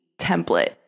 template